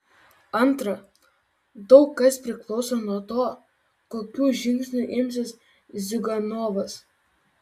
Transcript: antra daug kas priklauso nuo to kokių žingsnių imsis ziuganovas